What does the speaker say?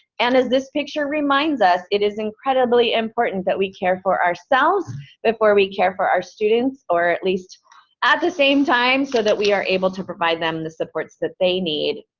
and as this picture reminds us, it is incredibly important that we care for ourselves before we care for our students, or at least at the same time, so that we are able to provide them the supports that they need.